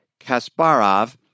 Kasparov